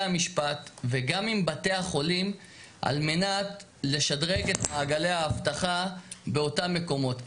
המשפט וגם עם בתי החולים על מנת לשדרג את מעגלי האבטחה באותם מקומות.